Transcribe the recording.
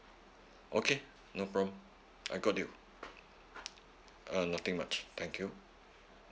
okay no problem I got you uh nothing much thank you